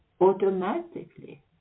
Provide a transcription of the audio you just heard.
automatically